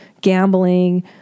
gambling